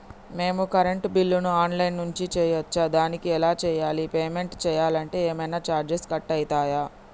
మేము కరెంటు బిల్లును online నుంచి చేయచ్చా? దానికి ఎలా చేయాలి? పేమెంట్ చేయాలంటే ఏమైనా చార్జెస్ కట్ అయితయా?